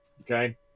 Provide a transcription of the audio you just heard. Okay